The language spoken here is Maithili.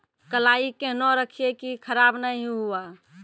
कलाई केहनो रखिए की खराब नहीं हुआ?